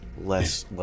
less